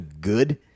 good